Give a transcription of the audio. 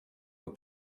are